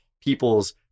people's